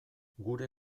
gure